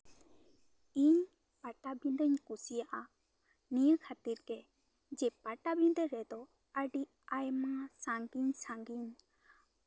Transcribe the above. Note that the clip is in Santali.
ᱤᱧ ᱯᱟᱴᱟᱵᱤᱫᱟᱹᱧ ᱠᱩᱥᱤᱭᱟᱜᱼᱟ ᱱᱤᱭᱟᱹ ᱠᱷᱟᱹᱛᱤᱨ ᱜᱮ ᱡᱮ ᱯᱟᱴᱟᱵᱤᱱᱫᱟᱹ ᱨᱮᱫᱚ ᱟᱹᱰᱤ ᱟᱭᱢᱟ ᱥᱟ ᱜᱤᱧ ᱥᱟ ᱜᱤᱧ